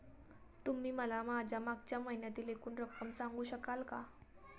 तुम्ही मला माझ्या मागच्या महिन्यातील एकूण रक्कम सांगू शकाल का?